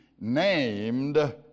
named